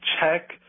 check